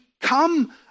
come